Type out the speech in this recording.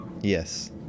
Yes